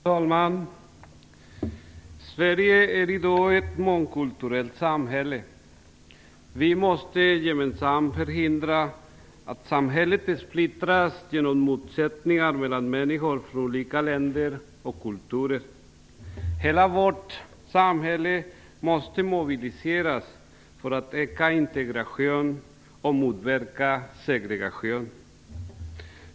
Fru talman! Sverige är i dag ett mångkulturellt samhälle. Vi måste gemensamt förhindra att samhället splittras genom motsättningar mellan människor från olika länder och kulturer. Hela vårt samhälle måste mobiliseras för att öka integration och motverka segregation.